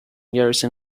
garrison